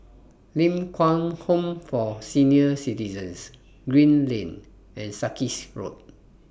Ling Kwang Home For Senior Citizens Green Lane and Sarkies Road